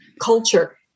culture